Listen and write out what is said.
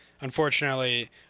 unfortunately